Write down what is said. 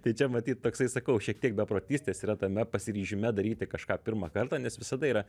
tai čia matyt toksai sakau šiek tiek beprotystės yra tame pasiryžime daryti kažką pirmą kartą nes visada yra